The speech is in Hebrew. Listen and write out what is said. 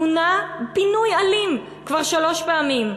פונה פינוי אלים כבר שלוש פעמים,